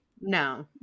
No